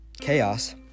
chaos